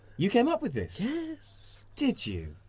you came up with this? yes! did you,